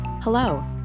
Hello